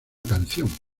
canción